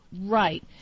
Right